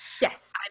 yes